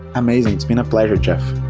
amazing. it's been a pleasure, jeff.